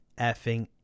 effing